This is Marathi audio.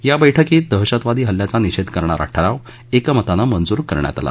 या बैठकीत या दहशतवादी हल्ल्याचा निषेध करणारा ठराव एकमतानं मंजूर करण्यात आला